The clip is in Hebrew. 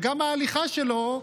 וגם ההליכה שלו,